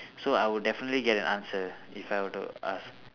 so I would definitely get an answer if I were to ask